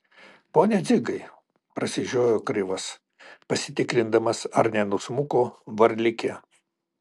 pone dzigai prasižiojo krivas pasitikrindamas ar nenusmuko varlikė